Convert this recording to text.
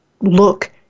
look